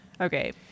Okay